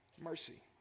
mercy